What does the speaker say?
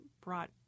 brought –